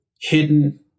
hidden